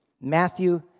Matthew